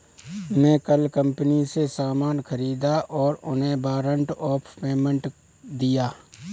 मैं कल कंपनी से सामान ख़रीदा और उन्हें वारंट ऑफ़ पेमेंट दिया